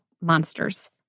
monsters